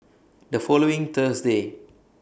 The following Thursday